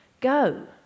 Go